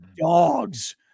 dogs